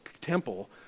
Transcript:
temple